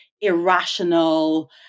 irrational